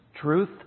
Truth